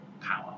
power